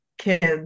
kids